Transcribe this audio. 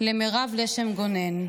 למירב לשם גונן,